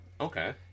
okay